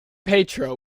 petro